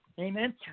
Amen